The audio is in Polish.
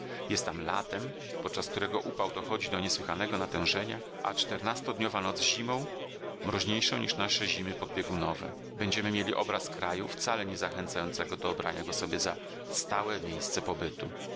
tam latem podczas którego upał dochodzi do niesłychanego natężenia a czternastodniowa noc zimą mroźniejszą niż nasze zimy podbiegunowe będziemy mieli obraz kraju wcale nie zachęcającego do obrania go sobie za stałe miejsce pobytu